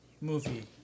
movie